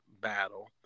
battle